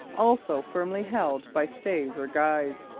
also firmly held by stays or guys.